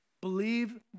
Believe